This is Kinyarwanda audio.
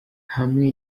hamwe